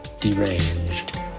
deranged